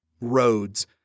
Roads